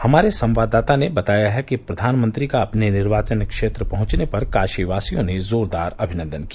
हमारे संवाददाता ने बताया है कि प्रधानमंत्री का अपने निर्वाचन क्षेत्र पहंचने पर काशीवासियों ने जोरदार अभिनन्दन किया